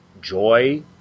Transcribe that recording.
joy